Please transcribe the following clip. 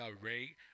Ray